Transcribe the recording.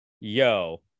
Yo